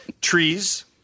Trees